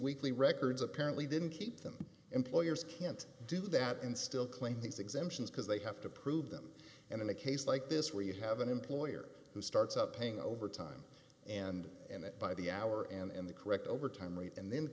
weekly records apparently didn't keep them employers can't do that and still claim these exemptions because they have to prove them and in a case like this where you have an employer who starts up paying over time and and by the hour and the correct overtime rate and then